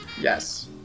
Yes